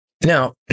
Now